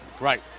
Right